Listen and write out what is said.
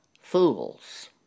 fools